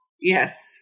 Yes